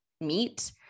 meet